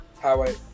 highway